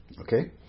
Okay